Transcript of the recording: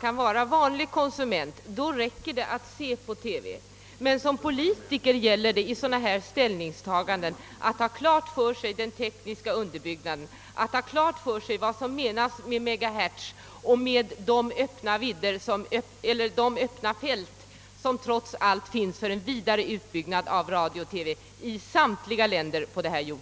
för en vanlig konsument räcker det att se på TV. Men för en politiker gäller det att vid sådana här ställningstaganden ha klart för sig hur den tekniska utbyggnaden fungerar och vad som menas med megahertz, och att därigenom få klart för sig vilka öppna fält som trots allt finns för en vidare utbyggnad av radio och TV i samtliga länder.